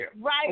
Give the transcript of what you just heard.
Right